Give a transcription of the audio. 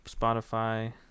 Spotify